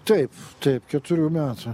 taip taip keturių metų